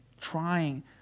trying